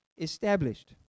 established